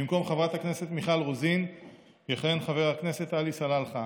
במקום חברת הכנסת מיכל רוזין יכהן חבר הכנסת עלי סלאלחה,